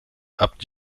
abt